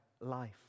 life